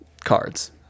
Cards